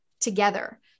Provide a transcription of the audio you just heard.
together